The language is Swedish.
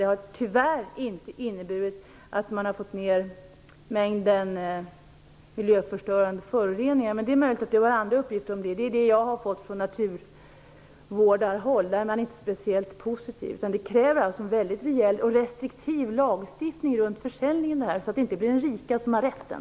Det har tyvärr inte inneburit att man har fått ned mängden miljöförstörande föroreningar. Men det är möjligt att Eva Eriksson har andra uppgifter om det - det här är det jag har fått från naturvårdande håll. Där är man inte speciellt positiv. Det här kräver en väldigt rejäl och restriktiv lagstiftning runt försäljningen, så att det inte blir de rika som har rätten.